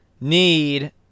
need